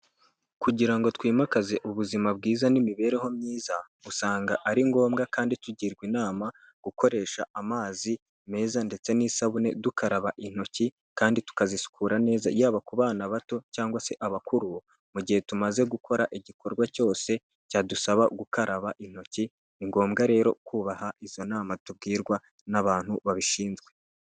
Kugira ngo twimakaze ubuzima bwiza n'imibereho myiza, usanga ari ngombwa kandi tugirwa inama gukoresha amazi meza ndetse n'isabune dukaraba intoki kandi tukazisukura neza yaba ku bana bato cyangwa se abakuru mu gihe tumaze gukora igikorwa cyose cyadusaba gukaraba intoki, ni ngombwa rero kubaha izo nama tubwirwa n'abantu babishinzwe.